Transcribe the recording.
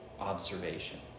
observation